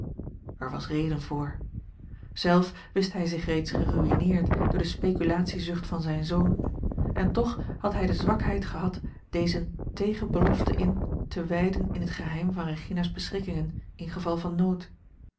er was reden voor zelf wist hij a l g bosboom-toussaint langs een omweg zich reeds geruïneerd door de speculatiezucht van zijn zoon en toch had hij de zwakheid gehad dezen tegen belofte in te wijden in het geheim van regina s beschikkingen ingeval van nood